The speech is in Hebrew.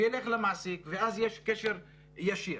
יילך למעסיק ואז יש קשר ישיר.